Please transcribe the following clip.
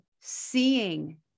seeing